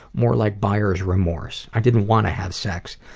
more like buyer's remorse. i didn't want to have sex,